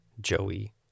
Joey